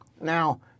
Now